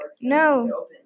No